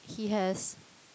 he has